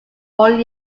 all